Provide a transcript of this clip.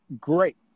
great